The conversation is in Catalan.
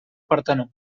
partenó